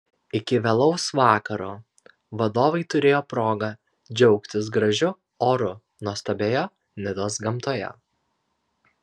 iki vėlaus vakaro vadovai turėjo progą džiaugtis gražiu oru nuostabioje nidos gamtoje